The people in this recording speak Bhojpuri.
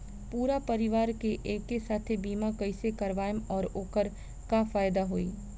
पूरा परिवार के एके साथे बीमा कईसे करवाएम और ओकर का फायदा होई?